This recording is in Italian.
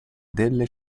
delle